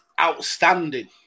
outstanding